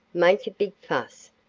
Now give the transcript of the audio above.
make a big fuss,